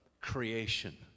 creation